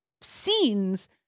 scenes